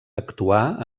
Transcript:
actuar